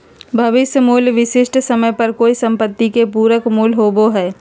भविष्य मूल्य विशिष्ट समय पर कोय सम्पत्ति के पूरक मूल्य होबो हय